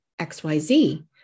XYZ